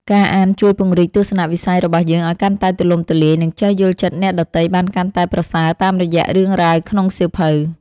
ការអានជួយពង្រីកទស្សនវិស័យរបស់យើងឱ្យកាន់តែទូលំទូលាយ និងចេះយល់ចិត្តអ្នកដទៃបានកាន់តែប្រសើរតាមរយៈរឿងរ៉ាវក្នុងសៀវភៅ។